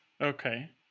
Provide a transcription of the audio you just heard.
Okay